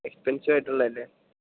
expensive ആയിട്ടുള്ള അല്ലേ